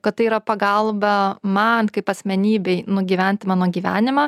kad tai yra pagalba man kaip asmenybei nugyventi mano gyvenimą